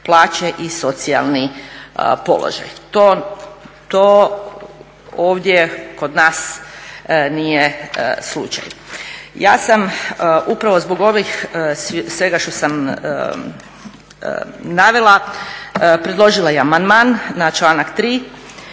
plaće i socijalni položaj. To ovdje kod nas nije slučaj. Ja sam upravo zbog ovog svega što sam navela predložila i amandman na članak 3.